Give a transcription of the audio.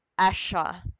Asha